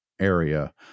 area